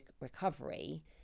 recovery